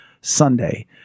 Sunday